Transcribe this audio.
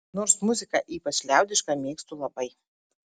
nors muziką ypač liaudišką mėgstu labai